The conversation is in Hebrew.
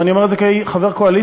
ואני אומר את זה כחבר קואליציה,